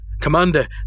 Commander